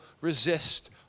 resist